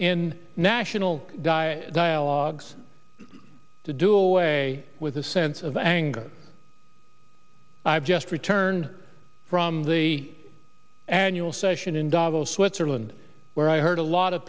in national diet dialogues to do away with a sense of anger i've just returned from the annual session in davos switzerland where i heard a lot of